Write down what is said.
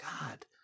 God